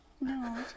No